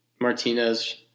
Martinez